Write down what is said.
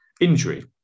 injury